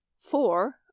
four